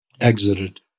exited